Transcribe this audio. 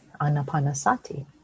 anapanasati